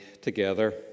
together